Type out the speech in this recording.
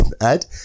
add